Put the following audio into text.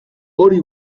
hori